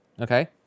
Okay